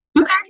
okay